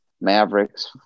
Mavericks